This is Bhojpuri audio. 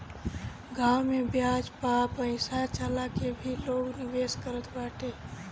गांव में बियाज पअ पईसा चला के भी लोग निवेश करत बाटे